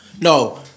No